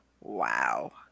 wow